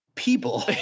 People